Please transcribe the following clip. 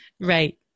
Right